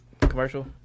commercial